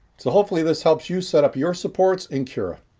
so hopefully this helps you set up your supports in cura.